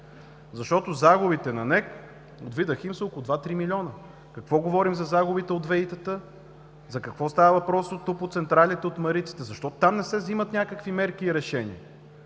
защото загубите на НЕК от „Видахим“ са около 2-3 млн.лв. Какво говорим за загубите от ВЕИ-тата? За какво става въпрос от топлоцентралите, от Мариците – защо там не се взимат някакви мерки и решения?